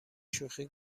شوخی